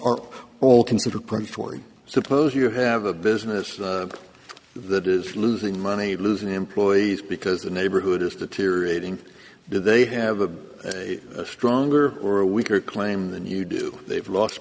are all considered pretty for you suppose you have a business that is losing money losing employees because the neighborhood is deteriorating do they have a stronger or a weaker claim than you do they've lost